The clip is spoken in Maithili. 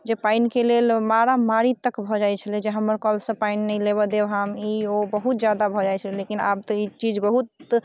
जे पानिके लेल मारामारी तक भऽ जाइत छलै जे हमर कलसँ पानि नहि लेबय देब हम ई ओ बहुत ज्यादा भऽ जाइ छलै लेकिन आब तऽ ई चीज बहुत